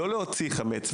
לא להוציא חמץ,